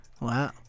Wow